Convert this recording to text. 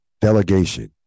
delegation